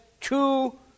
two